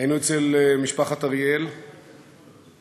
היינו אצל משפחת אריאל בקריית-ארבע,